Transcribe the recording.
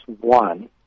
one